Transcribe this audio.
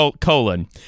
colon